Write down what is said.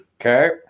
okay